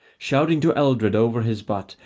shouting to eldred over his butt,